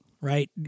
right